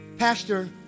Pastor